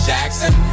Jackson